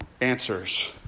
answers